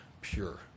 pure